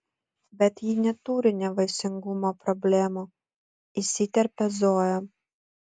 bet ji neturi nevaisingumo problemų įsiterpia zoja